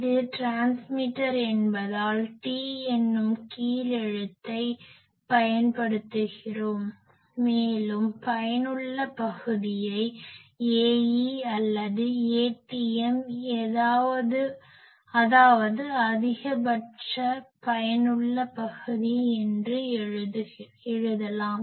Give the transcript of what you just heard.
இது ட்ரான்ஸ்மிட்டர் என்பதால் T என்னும் கீழ் எழுத்தை பயன்படுத்துகிறோம் மேலும் பயனுள்ள பகுதியை Ae அல்லது Atm அதாவது அதிகபட்ச பயனுள்ள பகுதி என்று எழுதலாம்